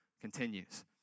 continues